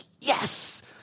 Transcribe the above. yes